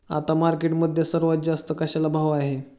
आता मार्केटमध्ये सर्वात जास्त कशाला भाव आहे?